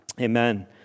Amen